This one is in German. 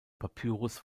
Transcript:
papyrus